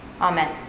Amen